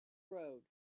road